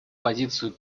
позицию